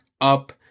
Up